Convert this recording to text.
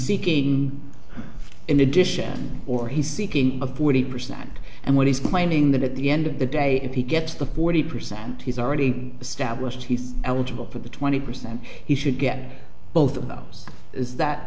seeking in addition or he's seeking a forty percent and when he's claiming that at the end of the day if he gets the forty percent he's already established he's eligible for the twenty percent he should get both of those is that